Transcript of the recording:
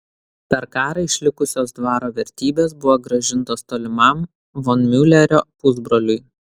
per karą išlikusios dvaro vertybės buvo grąžintos tolimam von miulerio pusbroliui